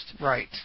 Right